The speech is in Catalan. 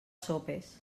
sopes